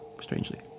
strangely